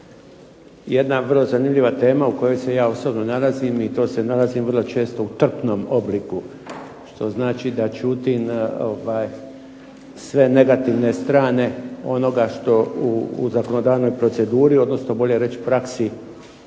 jedna vrlo zanimljiva tema u kojoj se ja osobno nalazim i to se nalazim vrlo često u trpnom obliku što znači da ćutim sve negativne strane onoga što u zakonodavnoj proceduri, odnosno bolje reći praksi